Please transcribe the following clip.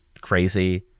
crazy